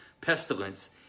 pestilence